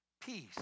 peace